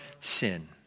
sin